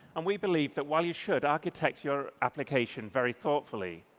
and we believe that while you should architect your application very thoughtfully,